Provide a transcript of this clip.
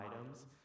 items